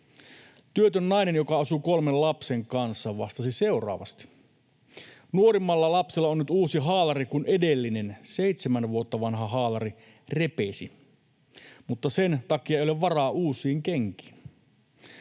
Työtön nainen, joka asuu kolmen lapsen kanssa, vastasi seuraavasti: ”Nuorimmalla lapsella on nyt uusi haalari, kun edellinen, seitsemän vuotta vanha haalari repesi, mutta sen takia ei ole varaa uusiin kenkiin.”